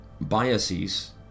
biases